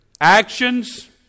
actions